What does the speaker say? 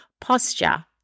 posture